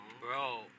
Bro